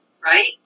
right